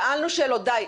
אנחנו שאלנו שאלות, די.